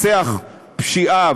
לפצח פשיעה,